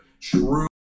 true